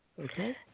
okay